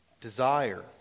desire